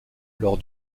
lors